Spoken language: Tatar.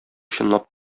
чынлап